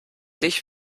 sich